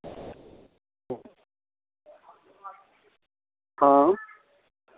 हाँ